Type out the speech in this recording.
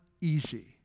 easy